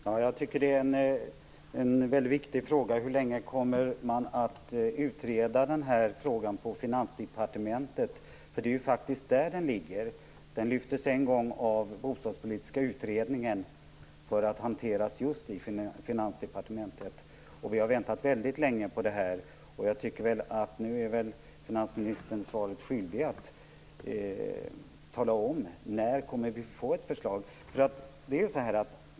Fru talman! Jag tycker att det är en mycket viktig fråga, hur länge man kommer att utreda den här frågan på Finansdepartementet. Det är ju faktiskt där den ligger. Den lyftes fram en gång av den bostadspolitiska utredningen för att hanteras just på Finansdepartementet. Vi har väntat mycket länge. Jag tycker nog att nu är finansministern svaret skyldig. När kommer vi att få ett förslag?